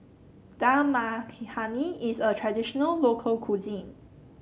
Dal Makhani is a traditional local cuisine